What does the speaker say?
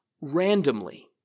randomly